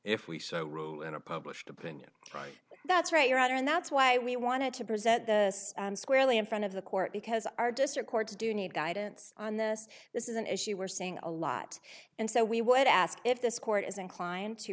if we said in a published opinion right that's right you're out and that's why we wanted to present the squarely in front of the court because our district courts do need guidance on this this is an issue we're seeing a lot and so we would ask if this court is inclined to